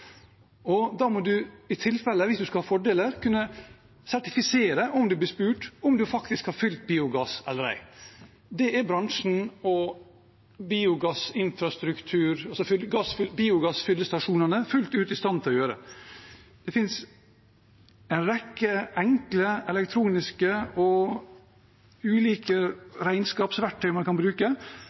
Da må man, i tilfelle man skal ha fordeler, kunne sertifisere det om man blir spurt om man faktisk har fylt biogass eller ei. Det er bransjen og biogassfyllestasjonene fullt ut i stand til å gjøre. Det finnes en rekke enkle ulike elektroniske regnskapsverktøy man kan bruke